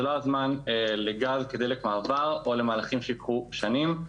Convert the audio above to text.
לא הזמן לגז כדלק מעבר או למהלכים שיקרו שנים.